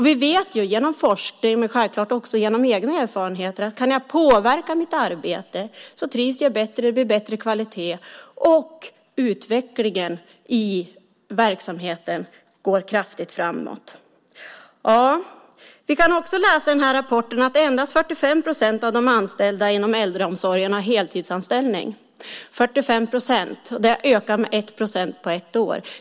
Vi vet genom forskning, men självklart också genom egna erfarenheter, att om man kan påverka sitt arbete trivs man bättre och det blir bättre kvalitet, och utvecklingen i verksamheten går starkt framåt. Vi kan också läsa i rapporten att endast 45 procent av de anställda i äldreomsorgen har heltidsanställning. 45 procent innebär en ökning med 1 procent på ett år.